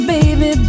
Baby